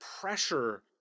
pressure